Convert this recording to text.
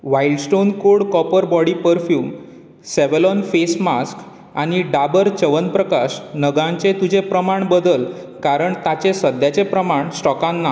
wild Stone code copper body perfume Savlon face mask आनी डाबर च्यवनप्रकाश नगांचें तुजें प्रमाण बदल कारण तांचे सद्याचे प्रमाण स्टॉकांत ना